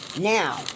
Now